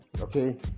okay